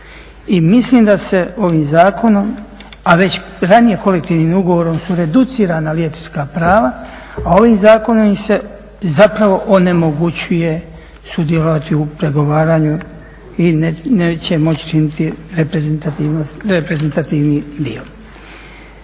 mislim da se ovim zakonom, a već ranije kolektivnim ugovorom su reducirana liječnička prava, a ovim zakonom im se zapravo onemogućuje sudjelovati u pregovaranju i neće moći činiti reprezentativni dio.